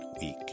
week